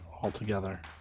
altogether